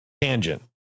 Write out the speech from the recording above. tangent